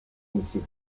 misil